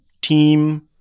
team